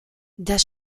das